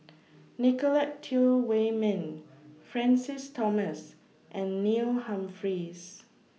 Nicolette Teo Wei Min Francis Thomas and Neil Humphreys